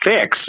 Fix